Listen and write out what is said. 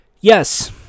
Yes